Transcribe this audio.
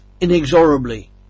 inexorably